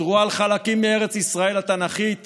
ויתרו על חלקים מארץ ישראל התנ"כית